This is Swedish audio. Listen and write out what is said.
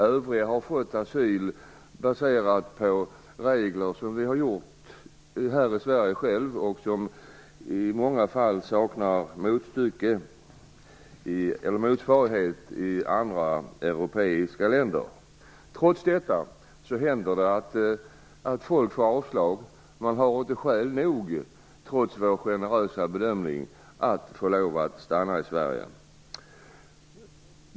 Övriga har fått asyl baserat på regler som vi i Sverige själva åstadkommit och som i många fall saknar motsvarighet i andra europeiska länder. Trots detta händer det att människor får avslag. Det finns inte skäl nog, trots vår generella bedömning, för dem att få stanna i Sverige.